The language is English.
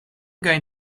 going